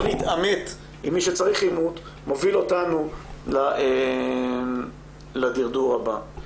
לא נתעמת עם מי שצריך עימות מוביל אותנו לדרדור הבא.